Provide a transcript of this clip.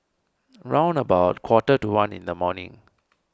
round about quarter to one in the morning